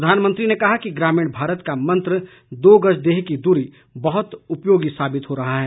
प्रधानमंत्री ने कहा कि ग्रामीण भारत का मंत्र दो गज देह की दूरी बहत उपयोगी साबित हो रहा है